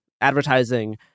advertising